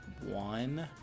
one